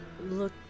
Look